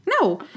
No